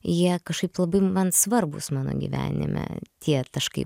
jie kažkaip labai man svarbūs mano gyvenime tie taškai